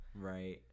right